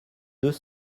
deux